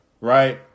right